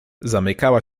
zamykała